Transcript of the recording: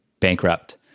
bankrupt